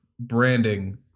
Branding